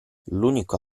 l’unico